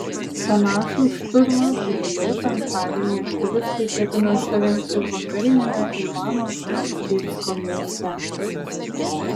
panašų šturmą vėliau penktadienį aktyvistai ketina surengti vakariniame ivano frankivsko mieste